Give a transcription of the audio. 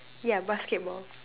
yeah basketball